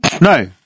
No